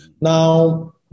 Now